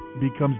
becomes